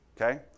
okay